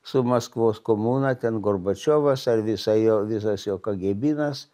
su maskvos komuna ten gorbačiovas ar visa jo visas jo kagebynas